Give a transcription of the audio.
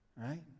Right